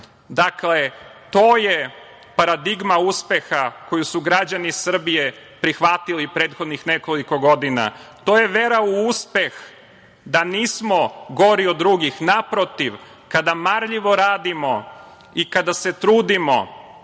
to je paradigma uspeha koju su građani Srbije prihvatili prethodnih nekoliko godina, to je vera u uspeh da nismo gori od drugih. Naprotiv, kada marljivo radimo i kada se trudimo